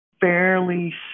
fairly